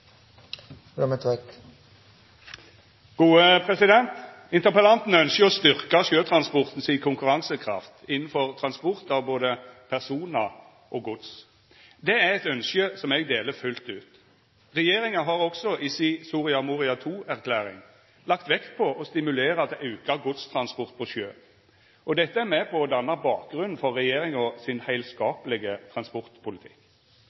Interpellanten ønskjer å styrkja sjøtransporten si konkurransekraft innanfor transport av både personar og gods. Det er eit ønske som eg deler fullt ut. Regjeringa har også i si Soria Moria II-erklæring lagt vekt på å stimulera til auka godstransport på sjø, og dette er med på å danna bakgrunnen for regjeringa sin